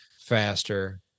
faster